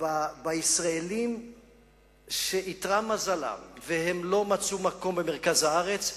ובישראלים שאיתרע מזלם ולא מצאו מקום במרכז הארץ,